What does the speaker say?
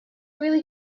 really